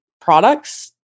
products